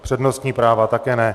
Přednostní práva také ne.